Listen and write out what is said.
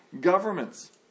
governments